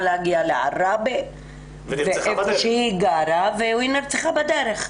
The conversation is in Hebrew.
להגיע לערבה היכן שהיא גרה והיא נרצחה בדרך.